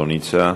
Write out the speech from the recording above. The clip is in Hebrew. לא נמצא.